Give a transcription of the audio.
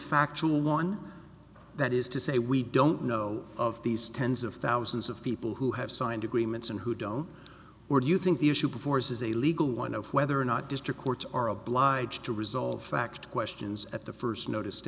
factual one that is to say we don't know of these tens of thousands of people who have signed agreements and who don't or do you think the issue before us is a legal one of whether or not district courts are obliged to resolve fact questions at the first notice